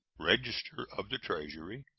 register of the treasury,